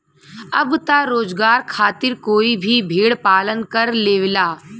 अब त रोजगार खातिर कोई भी भेड़ पालन कर लेवला